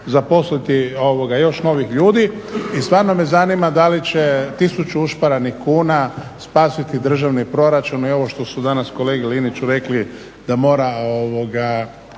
zaposliti još novih ljudi i stvarno me zanima da li će tisuću ušparanih kuna spasiti državni proračun i ovo što su danas kolegi Liniću rekli da mora